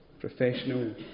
Professional